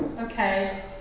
okay